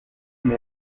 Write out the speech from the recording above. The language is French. mais